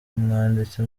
umwanditsi